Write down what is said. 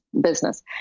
business